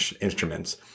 instruments